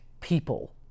people